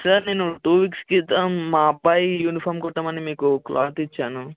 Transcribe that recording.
sir నేను two weeks క్రితం మా అబ్బాయి యూనిఫామ్ కొట్టమని మీకు క్లాత్ ఇచ్చాను